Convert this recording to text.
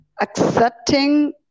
accepting